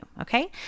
okay